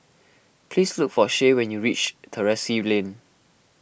please look for Shay when you reach Terrasse Lane